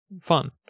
fun